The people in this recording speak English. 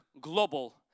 global